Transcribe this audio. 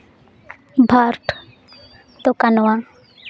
ᱵᱷᱟᱨᱵᱽ ᱫᱚ ᱠᱟᱱᱣᱟ